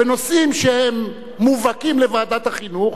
בנושאים שהם מובהקים לוועדת החינוך,